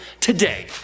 today